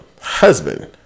husband